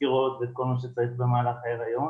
סקירות ואת כל מה שצריך במהלך ההיריון